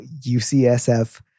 UCSF